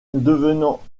devenant